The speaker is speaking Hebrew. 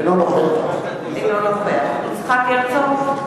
אינו נוכח יצחק הרצוג,